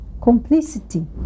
complicity